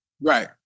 Right